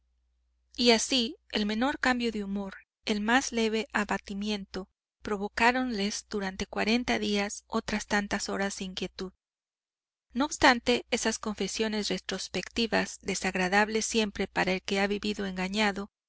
y así el menor cambio de humor el más leve abatimiento provocáronles durante cuarenta días otras tantas horas de inquietud no obstante esas confesiones retrospectivas desagradables siempre para el que ha vivido engañado